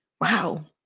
wow